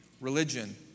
religion